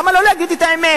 למה לא להגיד את האמת?